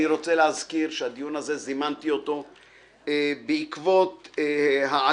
אני רוצה להזכיר שאת הדיון הזה זימנתי בעקבות העלייה